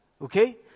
Okay